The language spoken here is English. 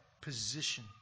position